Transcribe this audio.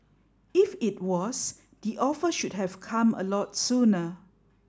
if it was the offer should have come a lot sooner